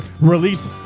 release